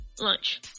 Lunch